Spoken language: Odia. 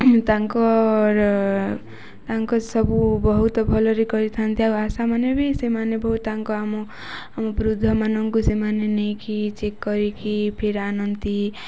ତାଙ୍କ ତାଙ୍କ ସବୁ ବହୁତ ଭଲରେ କରିଥାନ୍ତି ଆଉ ଆଶାମାନେ ବି ସେମାନେ ବହୁତ ତାଙ୍କ ଆମ ଆମ ବୃଦ୍ଧମାନଙ୍କୁ ସେମାନେ ନେଇକି ଚେକ୍ କରିକି ଫେର ଆଣନ୍ତି